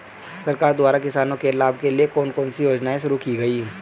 सरकार द्वारा किसानों के लाभ के लिए कौन सी योजनाएँ शुरू की गईं?